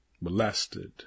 molested